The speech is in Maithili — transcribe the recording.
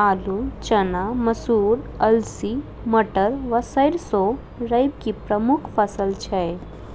आलु,, चना, मसूर, अलसी, मटर व सैरसो रबी की प्रमुख फसल छै